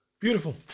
Beautiful